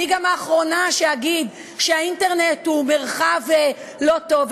אני גם האחרונה שתגיד שהאינטרנט הוא מרחב לא טוב.